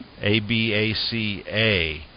A-B-A-C-A